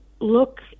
look